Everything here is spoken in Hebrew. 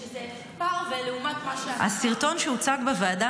שזה פער לעומת מה --- הסרטון שהוצג בוועדה